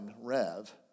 Rev